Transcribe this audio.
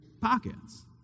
pockets